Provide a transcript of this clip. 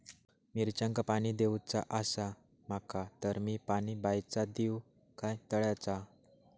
मिरचांका पाणी दिवचा आसा माका तर मी पाणी बायचा दिव काय तळ्याचा?